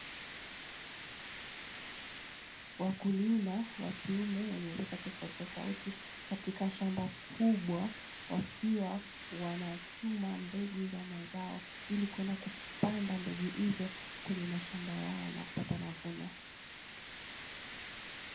Wakulima wa kiume wa rika tofautitofauti, katika shamba kubwa wakiwa wanachuma mbegu za mazao, ili kwenda kupanda mbegu hizo kwenye mashamba yao na kupata mavuno.